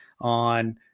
on